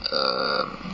um